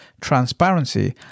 transparency